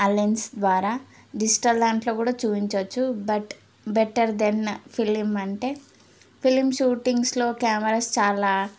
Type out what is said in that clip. ఆ లెన్స్ ద్వారా డిజిటల్ దాంట్లో కూడా చూయించవచ్చు బట్ బెటర్ దెన్ ఫిలిం అంటే ఫిలిం షూటింగ్స్లో కెమెరాస్ చాలా